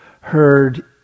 heard